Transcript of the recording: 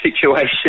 situation